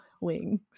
wings